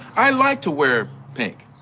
i like to wear pink,